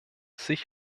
sich